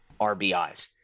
RBIs